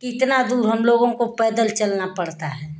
कि इतना दूर हम लोगों को पैदल चलना पड़ता है